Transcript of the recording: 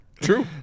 True